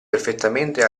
perfettamente